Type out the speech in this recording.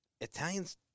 Italians